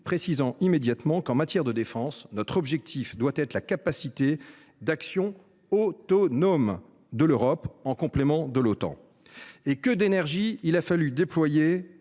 précisant immédiatement qu’« en matière de défense, notre objectif doit être la capacité d’action autonome de l’Europe, en complément de l’Otan ». Que d’énergie a t il fallu déployer